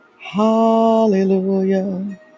Hallelujah